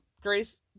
Grace